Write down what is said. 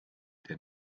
der